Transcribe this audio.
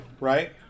Right